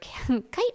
kite